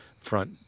front